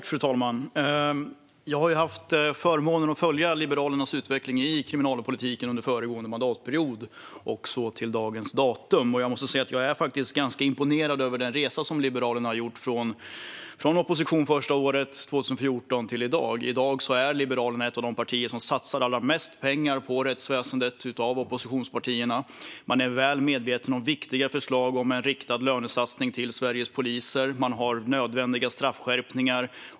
Fru talman! Jag har haft förmånen att följa Liberalernas utveckling i kriminalpolitiken under föregående mandatperiod och till dagens datum. Jag måste säga att jag är ganska imponerad av den resa som Liberalerna har gjort från första året i opposition, 2014, till i dag. I dag är Liberalerna ett av de oppositionspartier som satsar allra mest pengar på rättsväsendet. Man är väl medveten om viktiga förslag om en riktad lönesatsning till Sveriges poliser. Man har nödvändiga straffskärpningar.